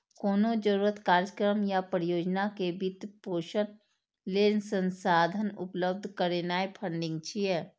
कोनो जरूरत, कार्यक्रम या परियोजना के वित्त पोषण लेल संसाधन उपलब्ध करेनाय फंडिंग छियै